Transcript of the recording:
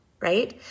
right